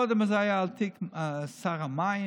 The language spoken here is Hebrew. קודם זה היה שר המים,